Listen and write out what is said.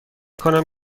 کنم